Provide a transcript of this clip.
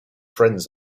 friends